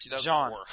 John